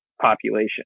population